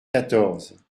quatorze